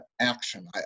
action